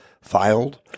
Filed